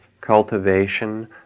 cultivation